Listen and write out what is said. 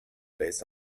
based